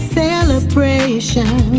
celebration